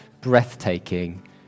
breathtaking